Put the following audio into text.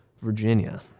Virginia